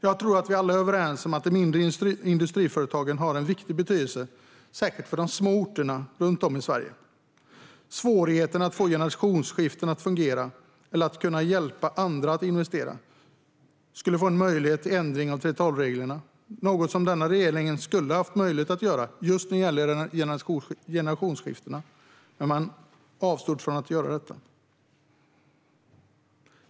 Jag tror att vi alla är överens om att de mindre industriföretagen har stor betydelse, särskilt för de små orterna runt om i Sverige. En ändring av 3:12-reglerna skulle kunna minska svårigheterna att få generationsskiften att fungera eller skulle kunna hjälpa andra att investera. Det är något som denna regering skulle ha haft möjlighet att göra just när det gäller generationsskiftena, men man avstod från att göra detta.